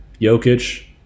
Jokic